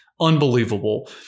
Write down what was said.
Unbelievable